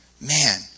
Man